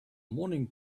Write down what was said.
morning